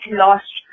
lost